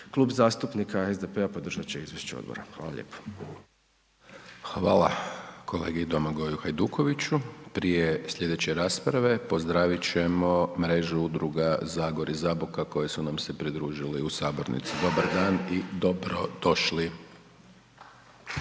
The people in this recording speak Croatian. Klub zastupnika SDP-a podržat će izvješće odbora. Hvala lijepa. **Hajdaš Dončić, Siniša (SDP)** Hvala kolegi Domagoju Hajdukoviću. Prije sljedeće rasprave pozdravit ćemo Mrežu udruga Zagorje Zaboka koji su nam se pridružili u sabornici. Dobar dan i dobrodošli.